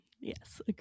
Yes